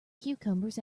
cucumbers